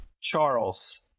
Charles